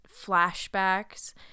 flashbacks